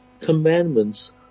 commandments